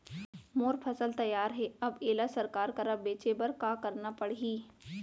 मोर फसल तैयार हे अब येला सरकार करा बेचे बर का करना पड़ही?